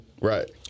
Right